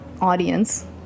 audience